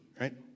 Right